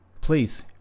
please